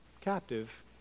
captive